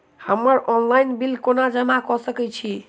हम्मर online bill कोना जमा कऽ सकय छी?